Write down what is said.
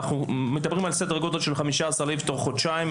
אנחנו מדברים על סדר גודל של 15,000 איש תוך חודשיים,